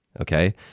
okay